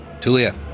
Tulia